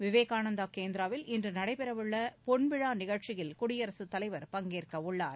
விவேகானந்தா கேந்திராவில் இன்று நடைபெறவுள்ள பொன்விழா நிகழ்ச்சியில் குடியரசுத் தலைவர் பங்கேற்கவுள்ளார்